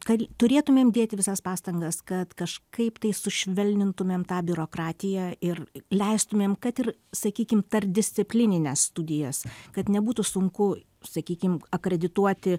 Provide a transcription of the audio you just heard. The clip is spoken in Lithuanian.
kad turėtumėm dėti visas pastangas kad kažkaip tai sušvelnintumėm tą biurokratiją ir leistumėm kad ir sakykim tarpdisciplinines studijas kad nebūtų sunku sakykim akredituoti